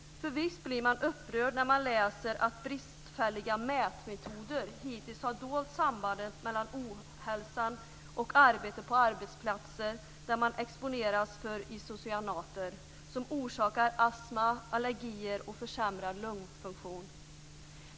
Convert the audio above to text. För visst blir man upprörd när man läser att bristfälliga mätmetoder hittills har dolt sambandet mellan ohälsa och arbete på arbetsplatser där man exponeras för isocyanater som orsaker astma, allergier och försämrad lungfunktion.